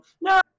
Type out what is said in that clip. no